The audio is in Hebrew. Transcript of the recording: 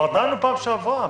כבר דנו בפעם שעברה,